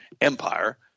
Empire